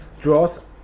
draws